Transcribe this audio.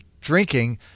drinking